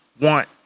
want